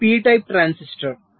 ఇది p type transistor